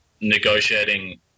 negotiating